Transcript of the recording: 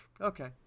Okay